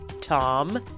Tom